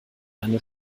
eine